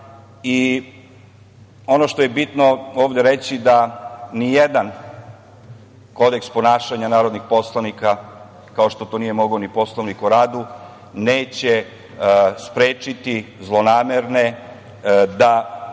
što je bitno ovde reći jeste da nijedan kodeks ponašanja narodnih poslanika, kao što to nije mogao ni Poslovnik o radu, neće sprečiti zlonamerne da